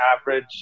average